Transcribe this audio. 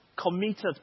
committed